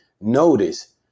Notice